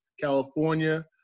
California